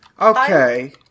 Okay